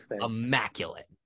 immaculate